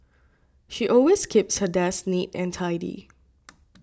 she always keeps her desk neat and tidy